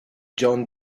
jon